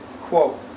quote